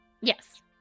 yes